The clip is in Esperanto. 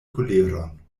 koleron